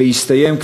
ויסתיים,